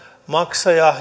maksaja